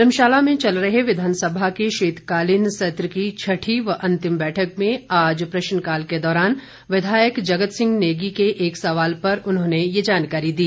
धर्मशाला में चल रहे विधानसभा के शीतलाकलीन सत्र की छठी व अंतिम बैठक में आज प्रश्नकाल के दौरान विधायक जगत सिंह नेगी के एक सवाल पर उन्होंने ये जानकारी दी